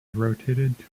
rotated